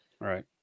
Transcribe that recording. Right